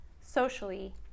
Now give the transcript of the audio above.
socially